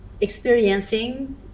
experiencing